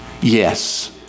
Yes